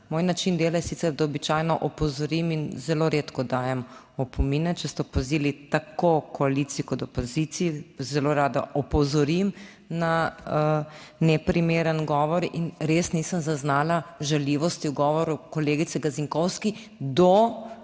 Moj način dela je sicer, da običajno opozorim in zelo redko dajem opomine, če ste opazili, tako koaliciji kot opoziciji, zelo rada opozorim na neprimeren govor in res nisem zaznala žaljivosti v govoru kolegice Gazinkovski do